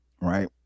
right